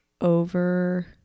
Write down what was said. over